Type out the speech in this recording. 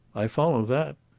i follow that.